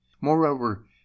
Moreover